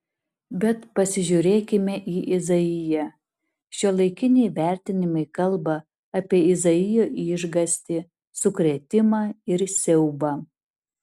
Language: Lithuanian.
bet pasižiūrėkime į izaiją šiuolaikiniai vertimai kalba apie izaijo išgąstį sukrėtimą ir siaubą